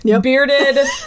bearded